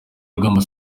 rugamba